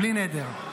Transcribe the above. בלי נדר.